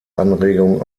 anregung